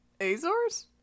azores